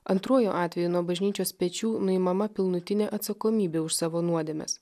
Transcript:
antruoju atveju nuo bažnyčios pečių nuimama pilnutinė atsakomybė už savo nuodėmes